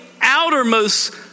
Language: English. outermost